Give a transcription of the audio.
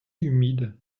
humide